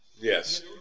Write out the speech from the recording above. Yes